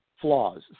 flaws